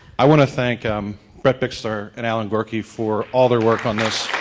i want to thank um brett bixler and allan gyorke for all their work on this.